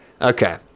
okay